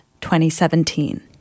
2017